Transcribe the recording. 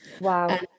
Wow